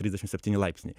trisdešim septyni laipsniai